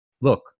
look